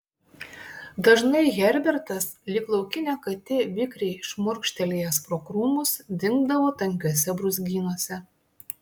dažnai herbertas lyg laukinė katė vikriai šmurkštelėjęs pro krūmus dingdavo tankiuose brūzgynuose